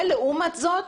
ולעומת זאת,